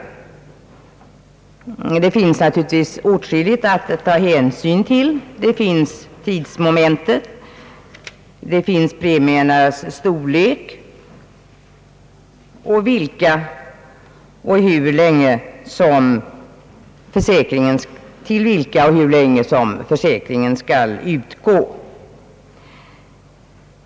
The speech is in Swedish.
Åtskilligt finns naturligtvis att ta hänsyn till, såsom tidsmomentet, premiernas storlek samt för vilka och hur länge försäkringen skall gälla.